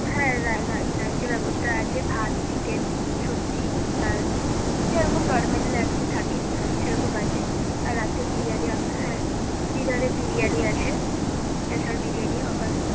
হ্যাঁ লাঞ্চের ব্যবস্থা আছে ভাত চিকেন সবজি ডাল যেরকম নরমাল লাঞ্চে থাকে সেরকম আছে আর রাতে বিরিয়ানি হ্যাঁ ডিনারে বিরিয়ানি আছে স্পেশাল বিরিয়ানি অফার আছে